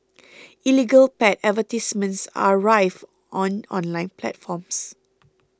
illegal pet advertisements are rife on online platforms